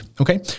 okay